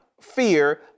fear